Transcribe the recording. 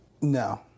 No